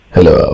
Hello